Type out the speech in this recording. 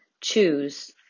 choose